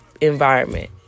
environment